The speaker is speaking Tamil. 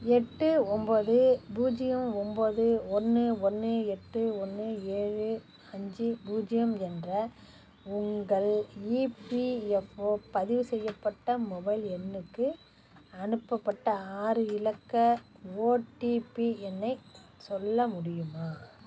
எட்டு ஒம்போது பூஜ்ஜியம் ஒம்போது ஒன்று ஒன்று எட்டு ஒன்று ஏழு அஞ்சு பூஜ்ஜியம் என்ற உங்கள் இபிஎஃப்ஒ பதிவு செய்யப்பட்ட மொபைல் எண்ணுக்கு அனுப்பப்பட்ட ஆறு இலக்க ஓடிபி எண்ணை சொல்ல முடியுமா